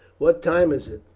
what time is it,